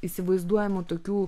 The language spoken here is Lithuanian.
įsivaizduojamų tokių